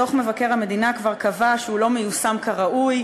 דוח מבקר המדינה כבר קבע שהוא לא מיושם כראוי.